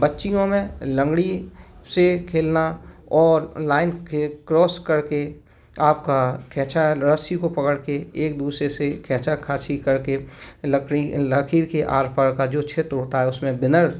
बच्चियों में लंगड़ी से खेलना और लाइन के क्रॉस करके आपका खेचा रस्सी को पकड़ के एक दूसरे से खेचा खाची करके लकड़ी लकीर के आर पार का जो क्षेत्र होता है उसमें विनर